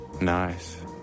nice